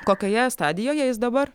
kokioje stadijoje jis dabar